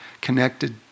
connected